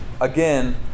again